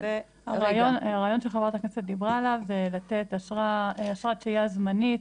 הרעיון שחה"כ דיברה עליו הוא לתת אשרת שהייה זמנית,